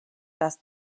dass